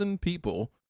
people